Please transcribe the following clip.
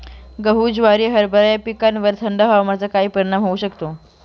गहू, ज्वारी, हरभरा या पिकांवर थंड हवामानाचा काय परिणाम होऊ शकतो?